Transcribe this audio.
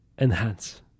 enhance